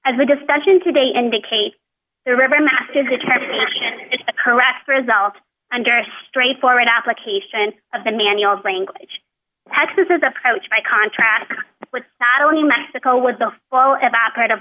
as the discussion today indicate the river master determination is the correct result under a straightforward application of the manual language act this is approach by contrast with not only mexico with the well evaporat